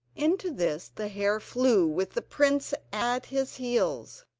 into this the hare flew with the prince at his heels,